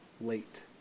late